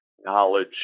knowledge